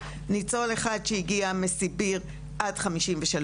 ניצול אחד שהגיע מסיביר עד 1953,